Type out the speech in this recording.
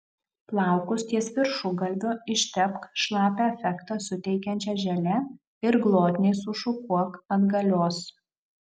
plaukus ties viršugalviu ištepk šlapią efektą suteikiančia želė ir glotniai sušukuok atgalios